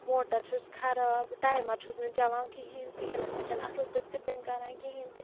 motor چھُس خراب timer چھُس نہٕ چَلان کِہیٖنۍ تہِ یہِ نَہ سا چھَنہٕ اصٕل پٲٹھۍ سٕپِن کَران کِہیٖنۍ تہِ